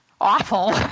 awful